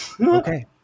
okay